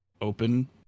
open